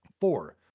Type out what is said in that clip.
Four